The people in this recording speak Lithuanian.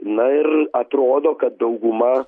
na ir atrodo kad dauguma